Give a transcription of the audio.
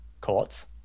courts